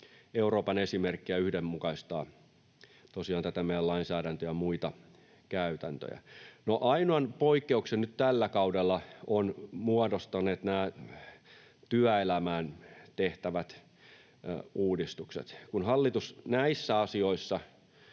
Euroopan esimerkkiä — yhdenmukaistaa ja tosiaan tätä meidän lainsäädäntöä ja muita käytäntöjä. No, ainoan poikkeuksen nyt tällä kaudella ovat muodostaneet nämä työelämään tehtävät uudistukset. Kun hallitus näissä asioissa,